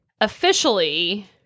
officially